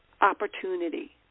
opportunity